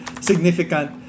significant